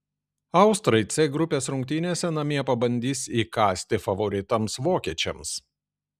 austrai c grupės rungtynėse namie pabandys įkąsti favoritams vokiečiams